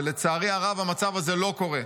ולצערי הרב המצב הזה לא קורה.